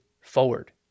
forward